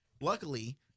luckily –